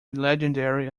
legendary